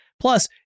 Plus